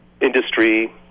industry